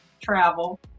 travel